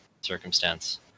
circumstance